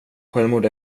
självmord